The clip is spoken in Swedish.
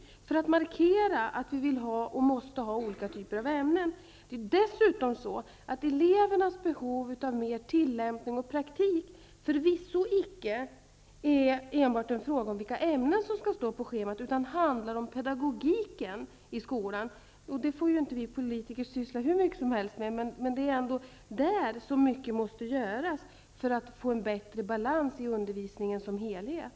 Vi vill med detta markera att vi vill ha och att det måste finnas olika typer av ämnen. Det är dessutom så att elevernas behov av mer tillämpning och praktik förvisso icke är enbart en fråga om vilka ämnen som skall stå på schemat, utan det handlar om pedagogiken i skolan. Detta får vi politiker inte syssla mer hur mycket som helst. Men det är ändå i detta sammanhang som mycket måste göras för att man skall få en bättre balans i undervisningen som helhet.